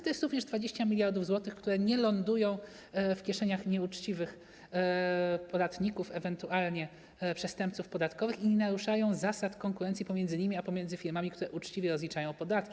To jest również 20 mld zł, które nie ląduje w kieszeniach nieuczciwych podatników, ewentualnie przestępców podatkowych, i nie narusza zasad konkurencji pomiędzy nimi a firmami, które uczciwie rozliczają podatki.